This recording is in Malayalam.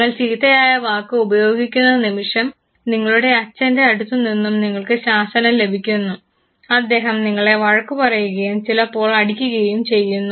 നിങ്ങൾ ചീത്തയായ വാക്ക് ഉപയോഗിക്കുന്ന നിമിഷം നിങ്ങളുടെ അച്ഛൻറെ അടുത്തു നിന്നും നിങ്ങൾക്ക് ശാസന ലഭിക്കുന്നു അദ്ദേഹം നിങ്ങളെ വഴക്കുപറയും ചിലപ്പോൾ അടിക്കുകയും ചെയ്യുന്നു